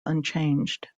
unchanged